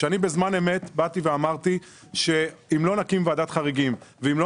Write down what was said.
כשאני בזמן אמת באתי ואמרתי שאם לא נקים ועדת חריגים ואם לא